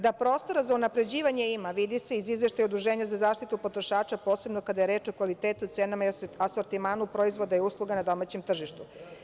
Da prostora za unapređivanje ima, vidi se iz izveštaja Udruženja za zaštitu potrošača, posebno kada je reč o kvalitetu i cenama, asortimanu proizvoda i usluga na domaćem tržištu.